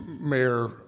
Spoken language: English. mayor